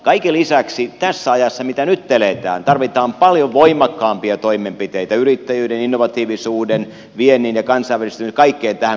kaiken lisäksi tässä ajassa mitä nyt eletään tarvitaan paljon voimakkaampia toimenpiteitä yrittäjyyteen innovatiivisuuteen vientiin ja kansainvälistymiseen kaikkeen tähän kokonaisuuteen